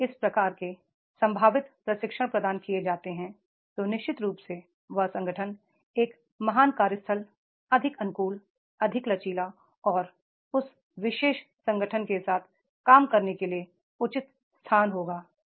यदि इस प्रकार के संभावित प्रशिक्षणप्रदान किए जाते हैं तो निश्चित रूप से वह संगठनएक महान कार्यस्थल अधिक अनुकूल अधिक लचीला और उस विशेष संगठन के साथ काम करने के लिए उचितस्थान होगा